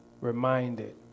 reminded